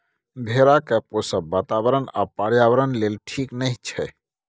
भेड़ा केँ पोसब बाताबरण आ पर्यावरण लेल ठीक नहि छै